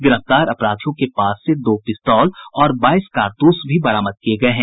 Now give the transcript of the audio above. गिरफ्तार अपराधियों के पास से दो पिस्तौल और बाईस कारतूस भी बरामद किये गये हैं